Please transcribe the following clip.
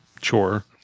chore